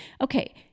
Okay